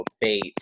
bait